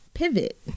Pivot